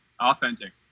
authentic